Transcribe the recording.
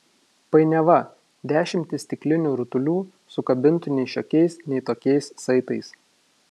painiava dešimtys stiklinių rutulių sukabintų nei šiokiais nei tokiais saitais